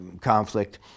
conflict